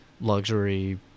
luxury